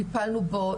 טיפלנו בו,